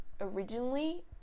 originally